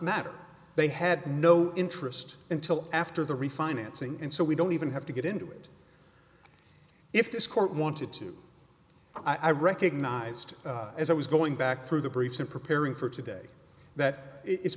matter they had no interest until after the refinancing and so we don't even have to get into it if this court wanted to i recognized as i was going back through the briefs and preparing for today that it